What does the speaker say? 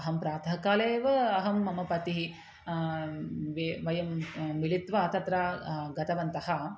अहं प्रातःकाले एव अहं मम पतिः वे वयं मिलित्वा तत्र गतवन्तः